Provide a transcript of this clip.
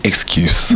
Excuse